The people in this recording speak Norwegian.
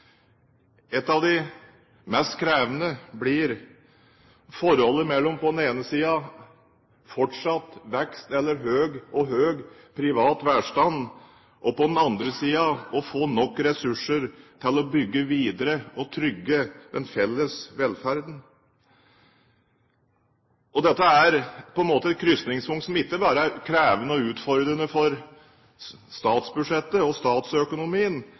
Et av de mest krevende blir forholdet mellom på den ene siden fortsatt vekst og høy privat velstand og på den andre siden å få nok ressurser til å bygge videre og trygge den felles velferden. Dette er et krysningspunkt som ikke bare er krevende og utfordrende for statsbudsjettet og statsøkonomien,